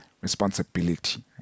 responsibility